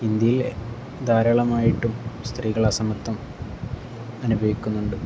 ഇന്ത്യയിലെ ധാരാളമായിട്ടും സ്ത്രീകൾ അസമത്വം അനുഭവിക്കുന്നുണ്ട്